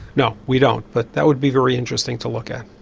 no we don't but that would be very interesting to look at.